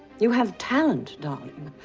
you have talent, darling.